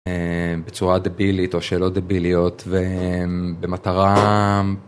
בצורה דבילית או שלא דביליות ובמטרה.